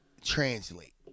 translate